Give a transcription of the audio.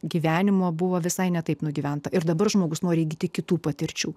gyvenimo buvo visai ne taip nugyventa ir dabar žmogus nori įgyti kitų patirčių